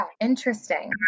interesting